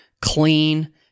clean